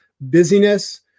busyness